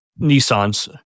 Nissan's